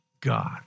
God